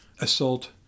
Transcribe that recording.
assault